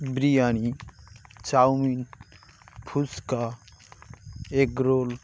biryani chowmein phuchka egg roll